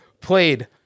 played